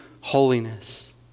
holiness